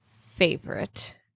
favorite